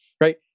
right